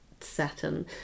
satin